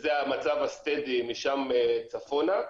וזה המצב היציב משם צפונה,